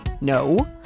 No